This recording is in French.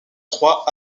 trois